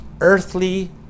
earthly